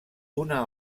una